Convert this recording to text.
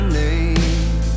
name